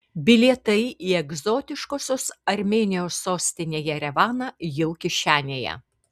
bilietai į egzotiškosios armėnijos sostinę jerevaną jau kišenėje